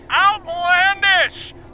Outlandish